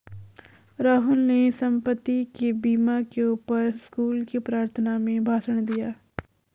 राहुल ने संपत्ति के बीमा के ऊपर स्कूल की प्रार्थना में भाषण दिया